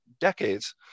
decades